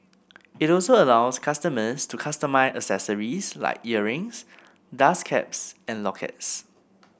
it also allows customers to customise accessories like earrings dust caps and lockets